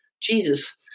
Jesus